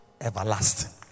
everlasting